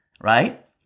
right